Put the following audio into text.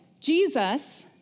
Jesus